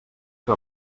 que